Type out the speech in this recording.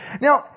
Now